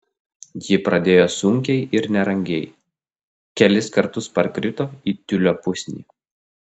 ji pradėjo sunkiai ir nerangiai kelis kartus parkrito į tiulio pusnį